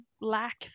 lack